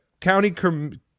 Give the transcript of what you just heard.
county